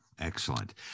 Excellent